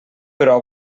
però